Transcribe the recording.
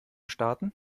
starten